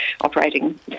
operating